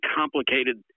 complicated